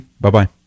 Bye-bye